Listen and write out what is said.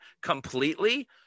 completely